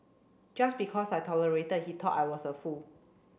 just because I tolerated he thought I was a fool